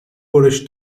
برش